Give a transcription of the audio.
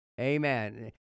Amen